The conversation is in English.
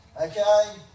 Okay